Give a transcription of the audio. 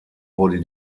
wurde